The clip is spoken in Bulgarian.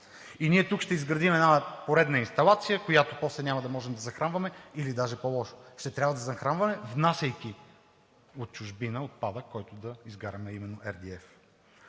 И ние тук ще изградим една поредна инсталация, която после няма да можем да захранваме, или даже по-лошо – ще трябва да захранваме, внасяйки от чужбина отпадък, който да изгаряме, а именно RDF.